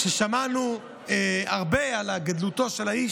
כששמענו הרבה על גדלותו של האיש,